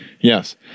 Yes